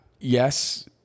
yes